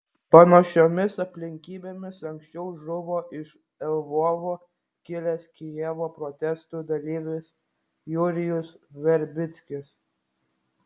panašiomis aplinkybėmis anksčiau žuvo iš lvovo kilęs kijevo protestų dalyvis jurijus verbickis